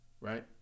Right